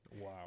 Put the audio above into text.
Wow